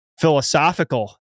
philosophical